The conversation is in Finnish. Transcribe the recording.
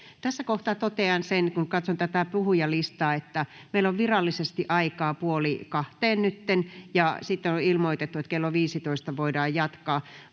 Tässä kohtaa totean sen, kun katson tätä puhujalistaa, että meillä on nytten virallisesti aikaa puoli kahteen, ja sitten on ilmoitettu, että kello 15 voidaan jatkaa.